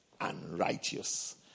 unrighteous